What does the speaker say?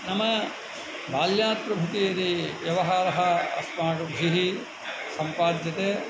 नाम बाल्यात् प्रभृति यदि व्यवहारः अस्माभिः सम्पाद्यते